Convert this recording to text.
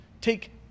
take